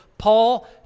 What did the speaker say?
Paul